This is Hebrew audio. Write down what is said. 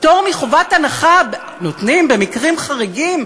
פטור מחובת הנחה נותנים במקרים חריגים,